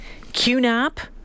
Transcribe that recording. QNAP